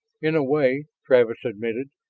in a way, travis admitted.